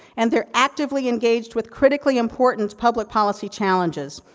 and they're actively engaged with critically-important public policy challenges.